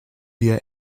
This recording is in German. wir